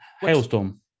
hailstorm